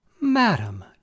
Madam